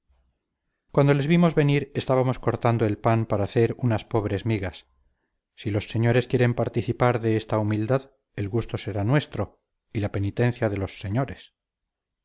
cuando les vimos venir estábamos cortando el pan para hacer unas pobres migas si los señores quieren participar de esta humildad el gusto será nuestro y la penitencia de los señores